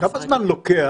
כמה זמן לוקח,